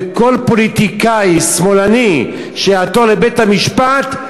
וכל פוליטיקאי שמאלני שיעתור לבית-המשפט,